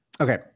Okay